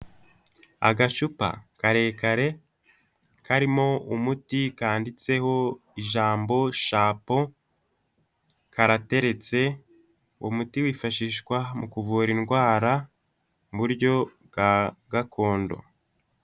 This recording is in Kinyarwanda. Agacupa karekare karimo umuti kanditseho ijambo shampo karateretse uwo umuti wifashishwa mu kuvura indwara mu buryo bwa gakondo.